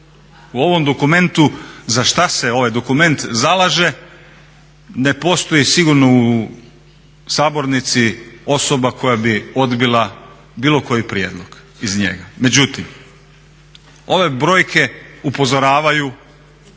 U ovom dokumentu za šta se ovaj dokument zalaže ne postoji sigurno u sabornici osoba koja bi odbila bilo koji prijedlog iz njega. Međutim, ove brojke upozoravaju, govore